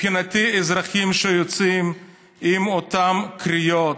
מבחינתי אזרחים שיוצאים עם אותן קריאות,